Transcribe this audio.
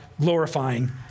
glorifying